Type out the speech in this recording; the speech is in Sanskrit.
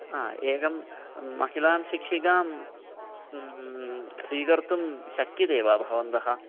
हा एकां महिलां शिक्षिकां स्वीकर्तुं शक्यन्ते वा भवन्तः